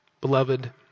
Beloved